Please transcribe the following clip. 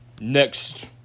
next